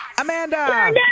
Amanda